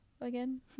again